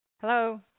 Hello